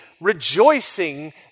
rejoicing